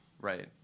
Right